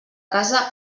casa